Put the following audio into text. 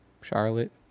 charlotte